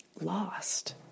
lost